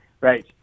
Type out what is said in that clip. right